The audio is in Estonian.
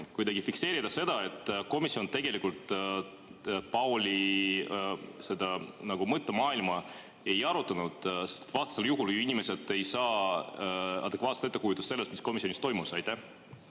kuidagi fikseerida, et komisjon tegelikult Pauli mõttemaailma ei arutanud? Vastasel juhul inimesed ei saa adekvaatset ettekujutust sellest, mis komisjonis toimus. Aitäh!